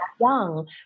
young